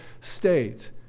state